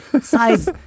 size